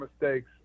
mistakes